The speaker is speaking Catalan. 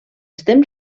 estem